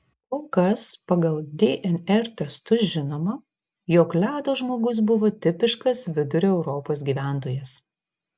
kol kas pagal dnr testus žinoma jog ledo žmogus buvo tipiškas vidurio europos gyventojas